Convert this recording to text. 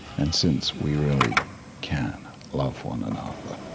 and since we really can love one another,